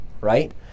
right